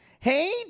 Hey